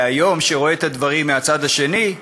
והיום רואה את הדברים מהצד השני,